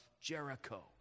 Jericho